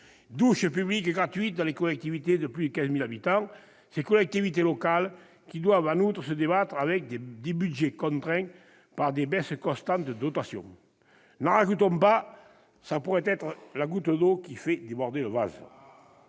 douches publiques gratuites dans les collectivités de plus de 15 000 habitants -, d'autant que les collectivités territoriales doivent se débattre avec des budgets contraints et des baisses constantes de dotation. N'en rajoutons donc pas, cela pourrait être la goutte d'eau qui fait déborder le vase